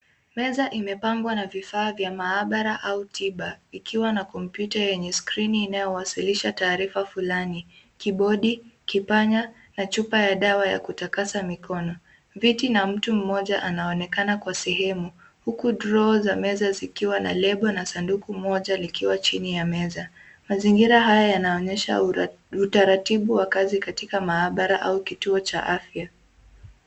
Meza imepangwa na vifaa vya maabara au tiba, ikiwa na kompyuta yenye skrini inayowasilisha taarifa fulani. Kibodi, kipanya na chupa ya dawa ya kutakasa mikono. Viti na mtu mmoja anaonekana kwa sehemu, huku droo za meza zikiwa na lebo na sanduku moja likiwa chini ya meza. Mazingira haya yanaonyesha utaratibu wa kazi katika maabara au kituo cha afya.